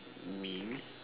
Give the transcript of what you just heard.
means